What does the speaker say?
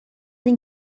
این